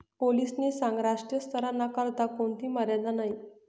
पोलीसनी सांगं राष्ट्रीय स्तरना करता कोणथी मर्यादा नयी